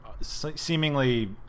seemingly